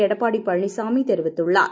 எடப்பாடி பழனிசாமி தெரிவித்துள்ளார்